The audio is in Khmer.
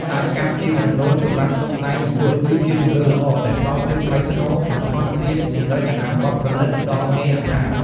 អាចកាត់ជាវាំងននសម្រាប់តុបតែងបង្អួច គឺជាជម្រើសល្អ ដែលផ្តល់ភាពថ្លៃថ្នូរ សោភ័ណភាព និងរចនាបថប្រណិត ដល់គេហដ្ឋាន។